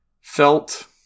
felt